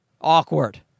awkward